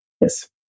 Yes